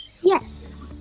Yes